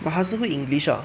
but 他是会 english 的 ah